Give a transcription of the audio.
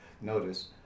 notice